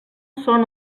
són